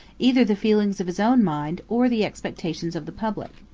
either the feelings of his own mind, or the expectations of the public.